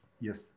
yes